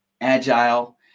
Agile